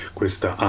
questa